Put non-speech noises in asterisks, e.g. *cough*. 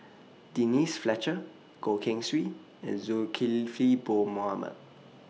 Denise Fletcher Goh Keng Swee and Zulkifli Bin Mohamed *unintelligible*